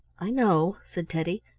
i know, said teddy,